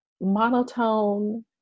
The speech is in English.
monotone